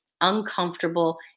Uncomfortable